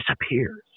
disappears